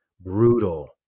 brutal